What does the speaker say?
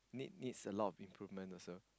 need needs a lot of improvement also